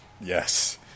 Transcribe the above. Yes